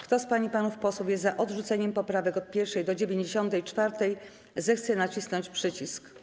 Kto z pań i panów posłów jest za odrzuceniem poprawek od 1. do 94., zechce nacisnąć przycisk.